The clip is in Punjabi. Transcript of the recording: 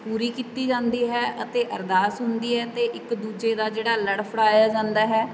ਪੂਰੀ ਕੀਤੀ ਜਾਂਦੀ ਹੈ ਅਤੇ ਅਰਦਾਸ ਹੁੰਦੀ ਹੈ ਅਤੇ ਇੱਕ ਦੂਜੇ ਦਾ ਜਿਹੜਾ ਲੜ ਫੜਾਇਆ ਜਾਂਦਾ ਹੈ